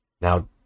Now